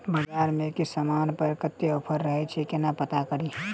बजार मे केँ समान पर कत्ते ऑफर रहय छै केना पत्ता कड़ी?